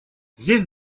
здесь